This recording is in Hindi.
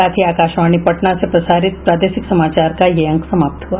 इसके साथ ही आकाशवाणी पटना से प्रसारित प्रादेशिक समाचार का ये अंक समाप्त हुआ